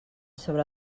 sobre